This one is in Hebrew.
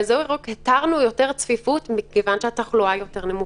באזור ירוק התרנו יותר צפיפות מכיוון שהתחלואה יותר נמוכה.